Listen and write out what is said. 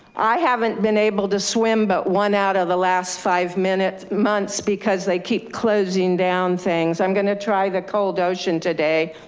i haven't been able to swim, but one out of the last five months, because they keep closing down things. i'm gonna try the cold ocean today.